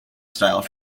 style